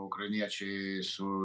ukrainiečiai su